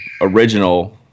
original